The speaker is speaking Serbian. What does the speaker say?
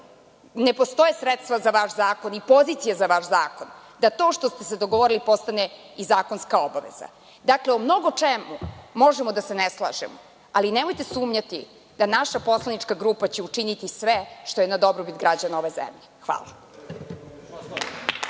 ne postoje sredstva za vaš zakon i pozicija za vaš zakon, da to što ste se dogovorili postane i zakonska obaveza. Dakle, o mnogo čemu možemo da se ne slažemo, ali nemojte sumnjati da će naša poslanička grupa učiniti sve što je za dobrobit građana ove zemlje. Hvala.